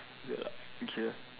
ya okay